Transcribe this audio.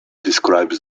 describes